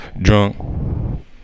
drunk